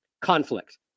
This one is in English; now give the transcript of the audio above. conflict